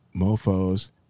mofos